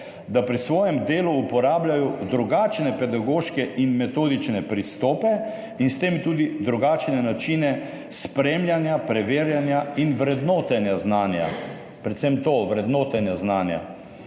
da pri svojem delu uporabljajo drugačne pedagoške in metodične pristope in s tem tudi drugačne načine spremljanja, preverjanja in vrednotenja znanja, predvsem to – vrednotenje znanja.